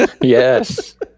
Yes